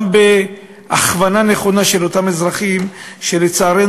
גם בהכוונה נכונה של אותם אזרחים שלצערנו